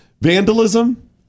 Vandalism